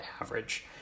average